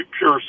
pure